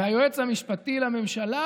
והיועץ המשפטי לממשלה,